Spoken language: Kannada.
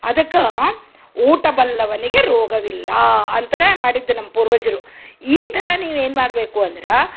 ಅದಕ್ಕ ಊಟ ಬಲ್ಲವನಿಗೆ ರೋಗವಿಲ್ಲಾ ಅಂತನೇ ಮಾಡಿದ್ದು ನಮ್ಮ ಪೂರ್ವಜರು ಈ ಥರ ನೀವು ಏನು ಮಾಡಬೇಕು ಅಂದ್ರ